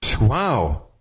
Wow